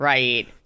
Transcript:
Right